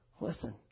listen